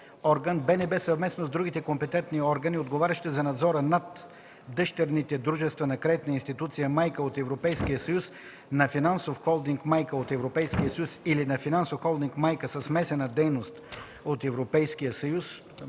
орган, БНБ съвместно с другите компетентни органи, отговарящи за надзора над дъщерните дружества на кредитна институция майка от Европейския съюз, на финансов холдинг майка от Европейския съюз или на финансов холдинг майка със смесена дейност от Европейския съюз,